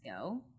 go